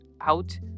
out